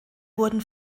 wurde